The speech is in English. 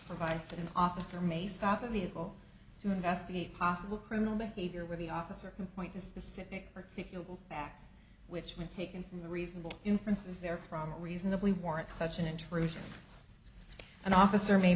provide an officer may stop the vehicle to investigate possible criminal behavior where the officer can point to specific particular acts which meant taken from the reasonable inferences there from reasonably warrant such an intrusion an officer may